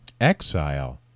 Exile